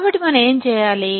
కాబట్టిమనం ఏమి చేయాలి